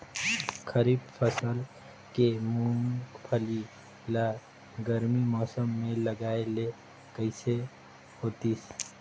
खरीफ फसल के मुंगफली ला गरमी मौसम मे लगाय ले कइसे होतिस?